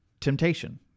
temptation